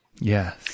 yes